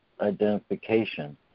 identification